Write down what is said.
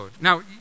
Now